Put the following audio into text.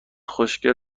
خوشگل